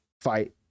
fight